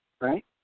right